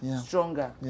stronger